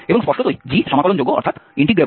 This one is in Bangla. এবং স্পষ্টতই g সমাকলনযোগ্য হতে হবে